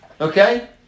Okay